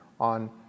on